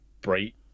bright